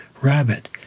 rabbit